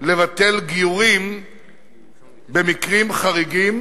לבטל גיורים במקרים חריגים